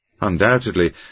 Undoubtedly